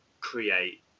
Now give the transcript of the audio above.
create